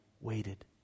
waited